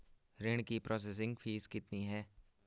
ऋण की processing fees कितनी है?